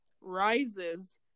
rises